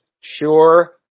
sure